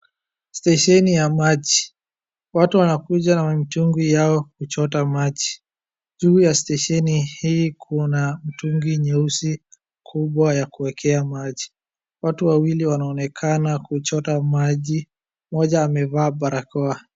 Stesheni ya maji. Watu wanakuja na mamitungi kuchota maji. Juu ya stesheni hii kuna mtungi nyeusi kubwa ya kuekea maji. Watu wawili wanaonekana kuchota maji. Mmoja amevaa barakoa.